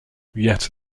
yet